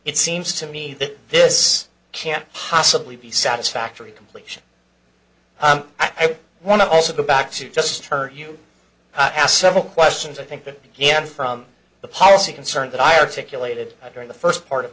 it seems to me that this can't possibly be satisfactory completion i do want to also go back to just turn you asked several questions i think that again from the policy concern that i articulated during the first part of